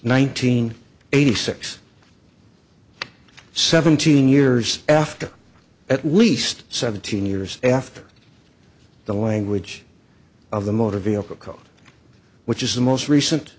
hundred eighty six seventeen years after at least seventeen years after the language of the motor vehicle code which is the most recent